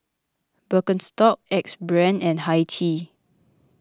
Birkenstock Axe Brand and Hi Tea